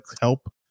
help